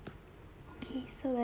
okay so